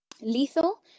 lethal